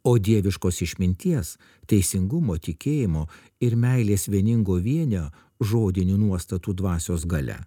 o dieviškos išminties teisingumo tikėjimo ir meilės vieningo vienio žodinių nuostatų dvasios galia